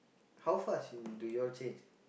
how fast in do y'all change